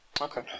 Okay